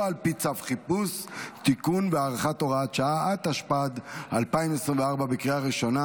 הוראת שעה, חרבות ברזל)